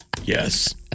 Yes